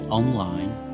online